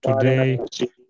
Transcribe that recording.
today